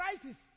crisis